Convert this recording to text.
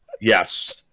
yes